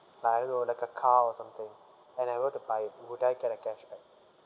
like I don't know like a car or something and I were to buy it would I get a cashback